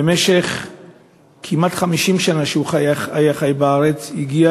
במשך כמעט 50 שנה שהוא חי בארץ הוא הגיע